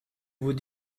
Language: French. vous